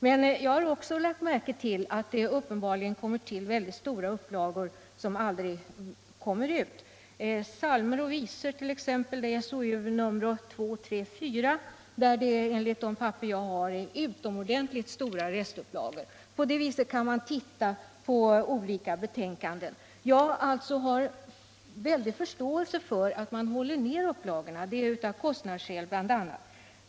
Men jag har också lagt märke till att det uppenbarligen kommer till väldigt stora upplagor som aldrig tas i anspråk; det gäller t.ex. Psalmer och visor, SOU 1975:2, 3 och 4, där det enligt de papper jag har är utomordentligt stora restupplagor. Jag har stor förståelse för att man håller ner upplagorna, bl.a. av kostnadsskäl.